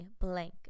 blank